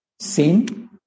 sin